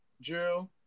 Drew